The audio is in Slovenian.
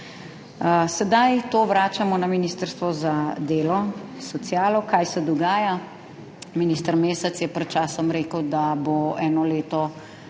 Sedaj to vračamo na ministrstvo za delo, socialo. Kaj se dogaja? Minister Mesec je pred časom rekel, da bo eno leto